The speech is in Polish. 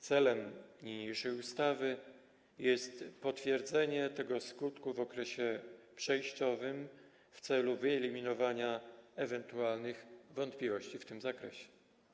Celem niniejszej ustawy jest potwierdzenie tego skutku w okresie przejściowym, by wyeliminować ewentualne wątpliwości w tym zakresie.